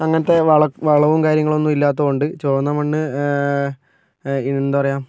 അങ്ങനത്തെ വള വളവും കാര്യങ്ങളും ഒന്നും ഇല്ലാത്തതു കൊണ്ട് ചുവന്ന മണ്ണ് എന്താ പറയുക